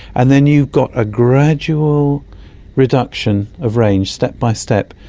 and then you've got a gradual reduction of range, step-by-step,